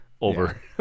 over